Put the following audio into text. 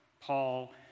Paul